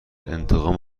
انتقام